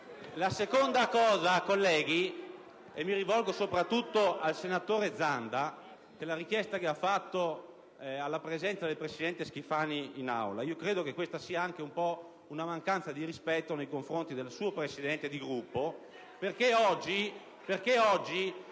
Il secondo aspetto, colleghi, e mi rivolgo soprattutto al senatore Zanda per la richiesta che ha avanzato alla presenza del presidente Schifani in Aula: credo che questa sia anche una mancanza di rispetto nei confronti del suo Presidente di Gruppo. *(Commenti